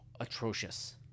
atrocious